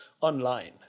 online